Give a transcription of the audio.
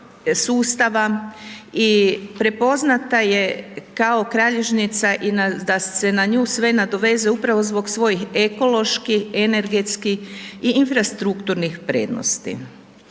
sustava i prepoznata je kao kralješnica i da se na nju sve nadovezuje upravo zbog svojih ekološki, energetski i infrastrukturnih prednosti.